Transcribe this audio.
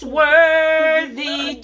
worthy